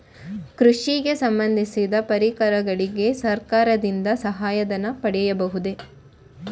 ಕೃಷಿಗೆ ಸಂಬಂದಿಸಿದ ಪರಿಕರಗಳಿಗೆ ಸರ್ಕಾರದಿಂದ ಸಹಾಯ ಧನ ಪಡೆಯಬಹುದೇ?